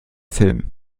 film